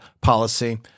policy